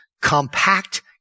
compact